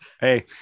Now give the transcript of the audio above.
Hey